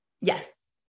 yes